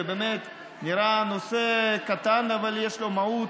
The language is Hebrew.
ובאמת זה נראה נושא קטן אבל יש לו מהות